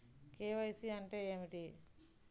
KYC అంటే ఏమిటి?